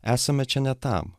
esame čia ne tam